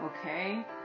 okay